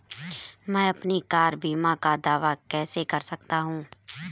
मैं अपनी कार बीमा का दावा कैसे कर सकता हूं?